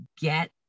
get